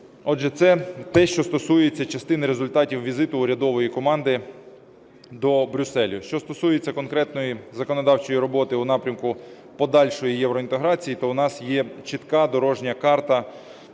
Отже, це те, що стосується частини результатів візиту урядової команди до Брюсселя. Що стосується конкретної законодавчої роботи у напрямку подальшої євроінтеграції, то у нас є чітка дорожня карта